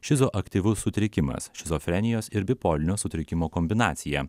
šis aktyvus sutrikimas šizofrenijos ir bipolinio sutrikimo kombinacija